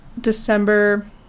December